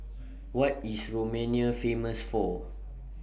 What IS Romania Famous For